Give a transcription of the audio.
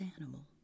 animal